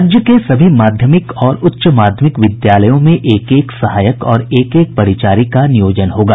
राज्य के सभी माध्यमिक और उच्च माध्यमिक विद्यालयों में एक एक सहायक और एक एक परिचारी का नियोजन होगा